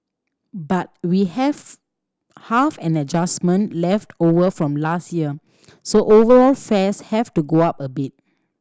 but we have half an adjustment left over from last year so overall fares have to go up a bit